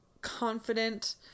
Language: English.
confident